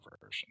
version